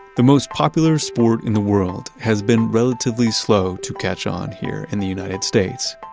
the most popular sport in the world has been relatively slow to catch on here in the united states.